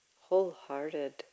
wholehearted